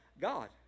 God